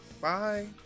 Bye